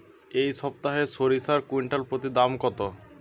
এই সপ্তাহে সরিষার কুইন্টাল প্রতি দাম কত?